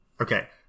Okay